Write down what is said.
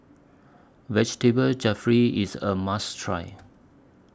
Vegetable Jalfrezi IS A must Try